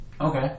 Okay